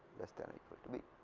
less than equal to b,